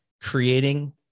creating